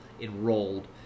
enrolled